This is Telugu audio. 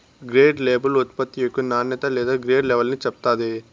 గ్రేడ్ లేబుల్ ఉత్పత్తి యొక్క నాణ్యత లేదా గ్రేడ్ లెవల్ని చెప్తాది